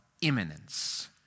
imminence